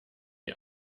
die